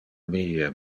mie